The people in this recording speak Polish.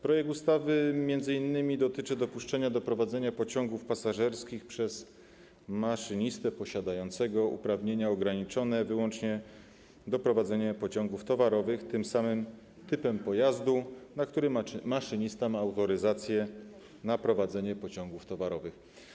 Projekt ustawy dotyczy m.in. dopuszczenia do prowadzenia pociągów pasażerskich przez maszynistę posiadającego uprawnienia ograniczone wyłącznie do prowadzenia pociągów towarowych tym samym typem pojazdu, na który maszynista ma autoryzację na prowadzenie pociągów towarowych.